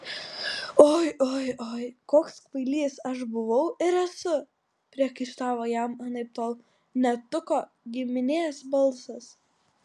oi oi oi koks kvailys aš buvau ir esu priekaištavo jam anaiptol ne tuko giminės balsas